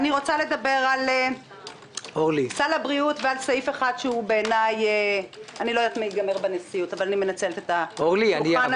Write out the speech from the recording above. אני רוצה לדבר על סל הבריאות ועל סעיף אחד - אני מנצלת את השולחן הזה.